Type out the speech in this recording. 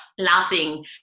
laughing